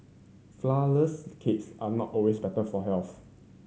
flourless cakes are not always better for health